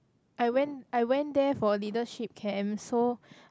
I went I went there for leadership camp so